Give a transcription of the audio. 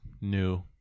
new